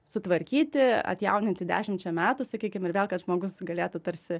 sutvarkyti atjauninti dešimčia metų sakykim ir vėl kad žmogus galėtų tarsi